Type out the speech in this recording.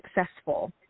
successful